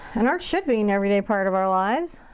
and art should be an every day part of our lives.